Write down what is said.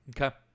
okay